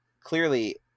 clearly